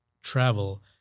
travel